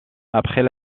après